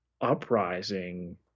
uprising